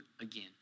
again